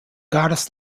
goddess